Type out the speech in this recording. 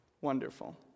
Wonderful